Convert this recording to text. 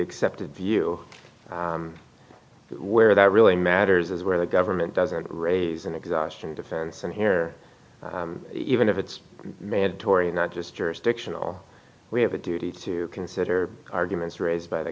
accepted view where that really matters is where the government doesn't raise an exhaustion defense and here even if it's mandatory not just jurisdictional we have a duty to consider arguments raised by the